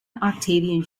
octavian